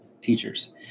teachers